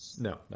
No